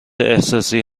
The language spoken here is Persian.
احساسی